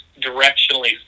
directionally